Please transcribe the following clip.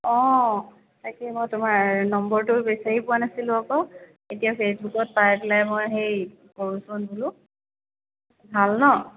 অঁ তাকেই মই তোমাৰ নম্বৰটো বিচাৰি পোৱা নাছিলোঁ আকৌ এতিয়া ফেচবুকত পাই পেলাই মই হেই কৰোঁচোন বোলো ভাল ন